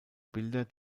bilder